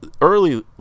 early